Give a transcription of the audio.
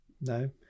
no